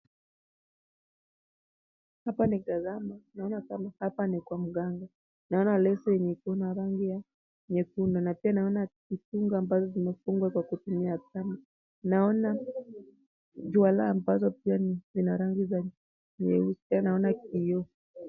Hapa nikitazama naona kama hapa ni kwa mganga. Naona leso yenye iko na rangi ya nyekundu na pia naona vifungu ambavyo vimefungwa kwa kutumia kamba. Naona juala ambazo pia zina rangi ya nyeusi. Pia naona kioo.